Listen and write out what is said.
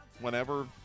Whenever